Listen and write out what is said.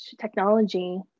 technology